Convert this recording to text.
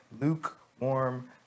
Lukewarm